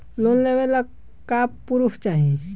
Loan लेवे ला का पुर्फ चाही?